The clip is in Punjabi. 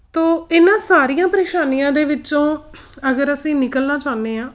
ਤਾਂ ਇਹਨਾਂ ਸਾਰੀਆਂ ਪਰੇਸ਼ਾਨੀਆਂ ਦੇ ਵਿੱਚੋਂ ਅਗਰ ਅਸੀਂ ਨਿਕਲਣਾ ਚਾਹੁੰਦੇ ਹਾਂ